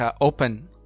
open